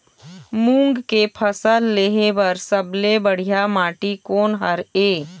मूंग के फसल लेहे बर सबले बढ़िया माटी कोन हर ये?